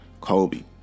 Kobe